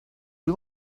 you